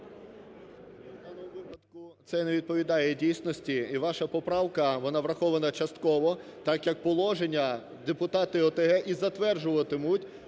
У даному випадку це не відповідає дійсності. І ваша поправка вона врахована частково, так як положення депутати ОТГ і затверджуватимуть